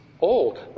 old